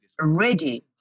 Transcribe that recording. ready